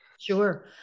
Sure